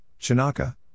Chinaka